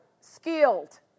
skilled